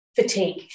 fatigue